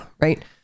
Right